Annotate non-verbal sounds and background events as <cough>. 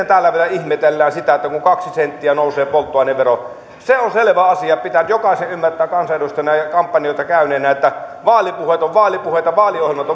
<unintelligible> täällä vielä ihmetellään sitä että kaksi senttiä nousee polttoainevero se on selvä asia pitää nyt jokaisen ymmärtää kansanedustajana ja kampanjoita käyneenä että vaalipuheet ovat vaalipuheita vaaliohjelmat <unintelligible>